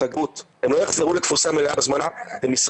--- הם לא יחזרו לתפוסה מלאה --- ומשרד